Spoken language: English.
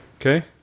okay